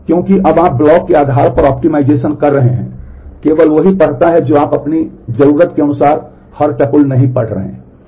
क्योंकि अब आप ब्लॉक के आधार पर ऑप्टिमाइजेशन कर रहे हैं केवल वही पढ़ता है जो आप अपनी जरूरत के अनुसार हर tuple नहीं पढ़ रहे हैं